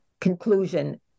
conclusion